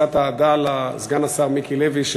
קצת אהדה לסגן השר מיקי לוי,